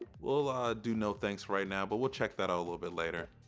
we'll ah do no thanks for right now, but we'll check that out a little bit later.